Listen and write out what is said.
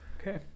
Okay